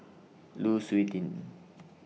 Lu Suitin